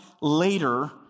later